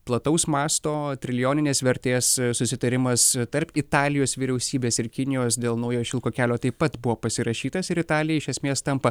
plataus masto trilijoninės vertės susitarimas tarp italijos vyriausybės ir kinijos dėl naujo šilko kelio taip pat buvo pasirašytas ir italija iš esmės tampa